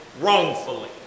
wrongfully